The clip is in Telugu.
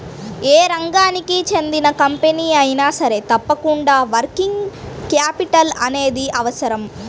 యే రంగానికి చెందిన కంపెనీ అయినా సరే తప్పకుండా వర్కింగ్ క్యాపిటల్ అనేది అవసరం